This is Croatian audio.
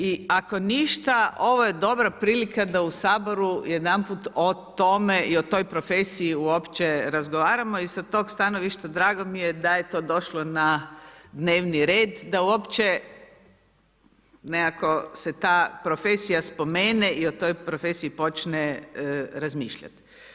I ako ništa, ovo je dobra prilika da u Saboru jedanput o tome i o toj profesiji uopće razgovaramo i sa tog stanovišta, drago mi je da je to došlo na dnevni red, da uopće nekako se ta profesija spomene i o toj profesiji počne razmišljati.